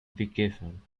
given